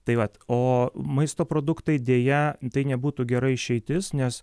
tai vat o maisto produktai deja tai nebūtų gera išeitis nes